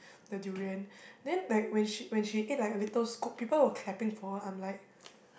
the durian then like when she when she ate like a little scoop people were clapping for her I'm like